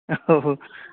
औ